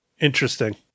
Interesting